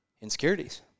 insecurities